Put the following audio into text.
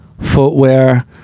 footwear